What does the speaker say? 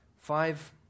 Five